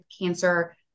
cancer